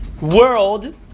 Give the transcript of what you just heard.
world